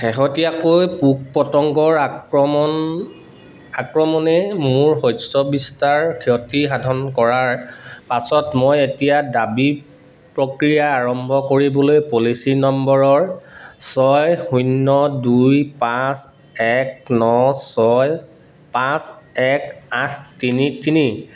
শেহতীয়াকৈ পোক পতংগৰ আক্ৰমণ আক্ৰমণে মোৰ শস্যৰ বিস্তৰ ক্ষতি সাধন কৰাৰ পাছত মই এতিয়া দাবী প্ৰক্ৰিয়া আৰম্ভ কৰিবলৈ পলিচী নম্বৰৰ ছয় শূন্য দুই পাঁচ এক ন ছয় পাঁচ এক আঠ তিনি তিনি